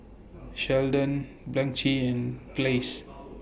Sheldon Blanchie and Blaise